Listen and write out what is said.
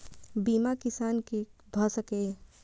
बीमा किसान कै भ सके ये?